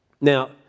Now